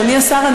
אדוני השר,